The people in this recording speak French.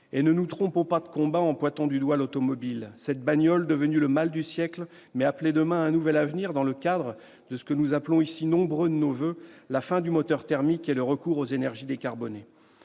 Ne nous trompons pas de combat en pointant du doigt l'automobile, cette bagnole devenue le mal du siècle, mais appelée demain à un nouvel avenir dans le cadre de ce que nous sommes nombreux ici à appeler de nos voeux : la fin du moteur thermique et le recours aux énergies décarbonées.